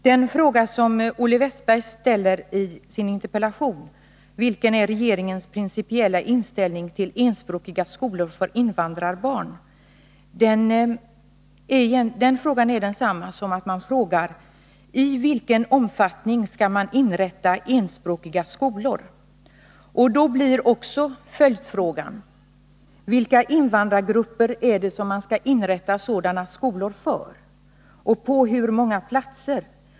Den fråga som Olle Wästberg ställer i sin interpellation — om vilken regeringens principiella inställning är till enspråkiga skolor för invandrarbarn — är egentligen densamma som frågan: I vilken omfattning skall man inrätta enspråkiga skolor? Då blir också följdfrågan: Vilka invandrargrupper är det man skall inrätta sådana skolor för. och på hur många platser?